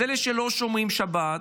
אלה שלא שומרים שבת,